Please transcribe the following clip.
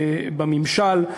בממשל,